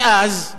מאז,